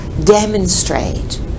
demonstrate